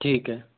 ठीक है